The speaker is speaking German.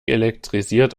elektrisiert